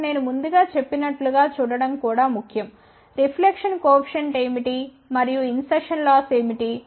ఇప్పుడు నేను ముందు చెప్పినట్లుగా చూడటం కూడా ముఖ్యం రిఫ్లెక్షన్ కోఎఫిషియెంట్ ఏమిటి మరియు ఇన్సర్షన్ లాస్ ఏమిటి